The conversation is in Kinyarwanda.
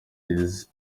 hills